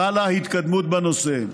חלה התקדמות בנושא.